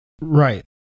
right